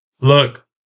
Look